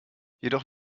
jedoch